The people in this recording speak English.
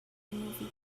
movie